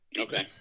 Okay